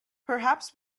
perhaps